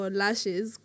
lashes